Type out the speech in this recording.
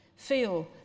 feel